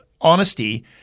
honesty